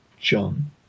John